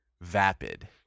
vapid